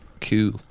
Cool